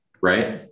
Right